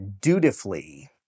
dutifully